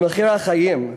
למחיר החיים,